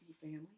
family